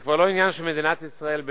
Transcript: זה כבר לא עניין של מדינת ישראל בלבד,